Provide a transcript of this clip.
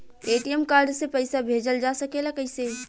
ATM card से पइसा भेजल जा सकेला कइसे?